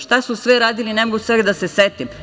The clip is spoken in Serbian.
Šta su sve radili, ne mogu svega da se setim?